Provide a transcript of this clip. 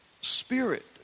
spirit